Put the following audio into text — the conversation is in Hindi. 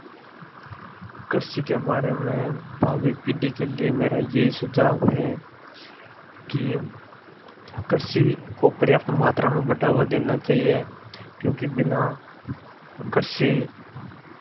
कृषि के बारे में भावी पीढ़ी के लिए मेरा यही सुझाव है कि कृषि को पर्याप्त मात्रा में बढ़ावा देना चाहिए क्योंकि बिना कृषि